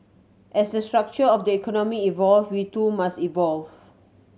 as the structure of the economy evolve we too must evolve